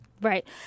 Right